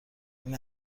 این